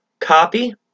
copy